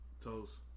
Toes